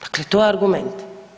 Dakle, to je argument.